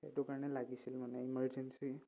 সেইটো কাৰণে লাগিছিল মানে ইমাৰজেঞ্চি